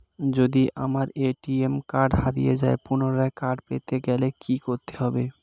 যদি আমার ATM card হারিয়ে যায় পুনরায় কার্ড পেতে গেলে কি করতে হবে?